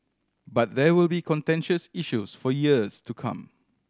but there will be contentious issues for years to come